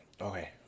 okay